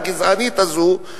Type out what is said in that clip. הגזענית הזאת,